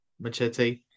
Machete